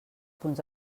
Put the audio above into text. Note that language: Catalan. punts